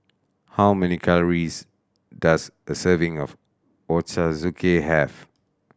how many calories does a serving of Ochazuke have